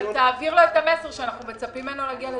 אבל תעביר לו את המסר שאנחנו מצפים ממנו להגיע לדיונים.